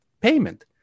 payment